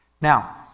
Now